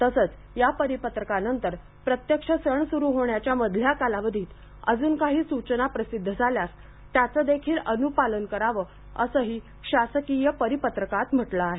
तसंच या परिपत्रकानंतर आणि प्रत्यक्ष सण सुरु होण्याच्या मधल्या कालावधीत अजून काही सूचना प्रसिध्द झाल्यास त्याचं देखील अन्पालन करावं असंही शासकीय परिपत्रकात म्हटलं आहे